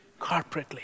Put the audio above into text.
corporately